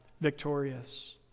victorious